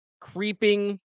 creeping